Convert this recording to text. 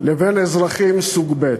לבין אזרחים סוג ב'.